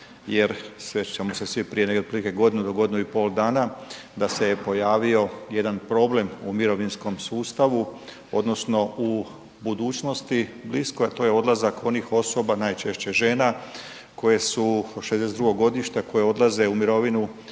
jer sjetit ćemo se svi prije otprilike godinu do godinu i pol dana da se je pojavio jedan problem u mirovinskom sustavu odnosno u budućnosti bliskoj a to je odlazak onih osoba, najčešće žena koje su '62. godište, koje odlaze u mirovinu